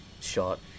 shot